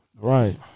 Right